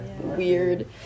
weird